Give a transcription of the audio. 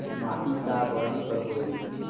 माटी का बरन कर होयल?